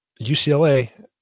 UCLA